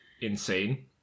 insane